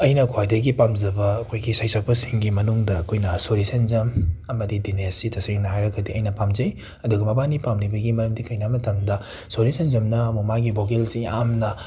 ꯑꯩꯅ ꯈ꯭ꯋꯥꯏꯗꯒꯤ ꯄꯥꯝꯖꯕ ꯑꯩꯈꯣꯏꯒꯤ ꯁꯩꯁꯛꯄꯁꯤꯡ ꯒꯤ ꯃꯥꯅꯨꯡꯗ ꯑꯩꯈꯣꯏꯅ ꯁꯣꯔꯤ ꯁꯦꯟꯖꯝ ꯑꯃꯗꯤ ꯗꯤꯅꯦꯁ ꯁꯤ ꯇꯁꯦꯡꯅ ꯍꯥꯏꯔꯒꯗꯤ ꯑꯩꯅ ꯄꯥꯝꯖꯩ ꯑꯗꯨꯒ ꯃꯕꯥꯅꯤ ꯄꯥꯝꯂꯤꯕꯒꯤ ꯃꯔꯝꯗꯤ ꯀꯩꯒꯤꯅꯣ ꯍꯥꯏ ꯃꯇꯝꯗ ꯁꯣꯔꯤ ꯁꯦꯟꯖꯝꯅ ꯑꯃꯨꯛ ꯃꯥꯒꯤ ꯚꯣꯀꯦꯜꯁꯤ ꯌꯥꯝꯅ